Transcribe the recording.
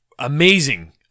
Amazing